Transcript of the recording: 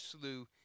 slew